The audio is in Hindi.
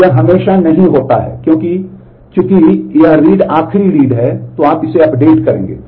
तो यह हमेशा नहीं होता है कि चूंकि यह रीड आखिरी रीड है तो आप इसे अपडेट करेंगे